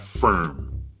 firm